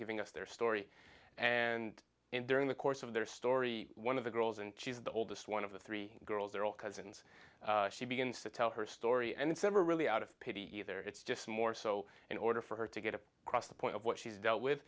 giving us their story and in during the course of their story one of the girls and she's the oldest one of the three girls they're all cousins she begins to tell her story and it's never really out of pity either it's just more so in order for her to get a cross the point of what she's dealt with